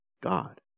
God